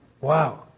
Wow